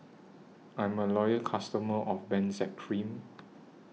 I'm A Loyal customer of Benzac Cream